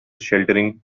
sheltering